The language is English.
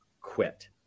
quit